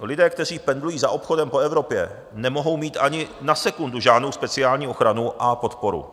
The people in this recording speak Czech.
Lidé, kteří pendlují za obchodem po Evropě, nemohou mít ani na sekundu žádnou speciální ochranu a podporu.